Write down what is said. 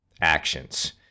actions